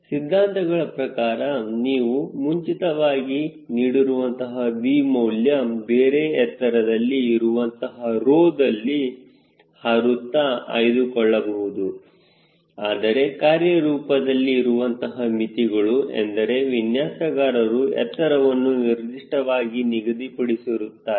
ಸಿದ್ಧಾಂತಗಳ ಪ್ರಕಾರ ನೀವು ಮುಂಚಿತವಾಗಿ ನೀಡಿರುವಂತಹ V ಮೌಲ್ಯ ಬೇರೆ ಎತ್ತರದಲ್ಲಿ ಇರುವಂತಹ ರೂ ದಲ್ಲಿ ಹಾರುತ್ತಾ ಆಯ್ದುಕೊಳ್ಳಬಹುದು ಆದರೆ ಕಾರ್ಯರೂಪದಲ್ಲಿ ಇರುವಂತಹ ಮಿತಿಗಳು ಎಂದರೆ ವಿನ್ಯಾಸಕಾರರು ಎತ್ತರವನ್ನು ನಿರ್ದಿಷ್ಟವಾಗಿ ನಿಗದಿಪಡಿಸಿರುತ್ತಾರೆ